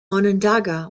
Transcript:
onondaga